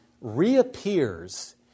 reappears